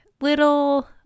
little